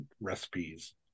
recipes